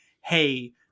hey